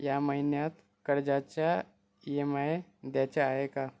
या महिन्यात कर्जाचा ई एम आय द्यायचा आहे का